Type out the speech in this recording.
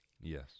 Yes